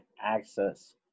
access